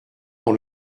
dans